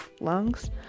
lungs